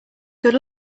good